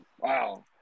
Wow